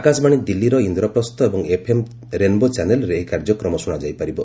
ଆକାଶବାଣୀ ଦିଲ୍ଲୀର ଇନ୍ଦ୍ରପ୍ରସ୍ଥ ଏବଂ FM Rainbow ଚ୍ୟାନେଲ୍ରେ ଏହି କାର୍ଯ୍ୟକ୍ରମ ଶୁଣାଯାଇପାରିବ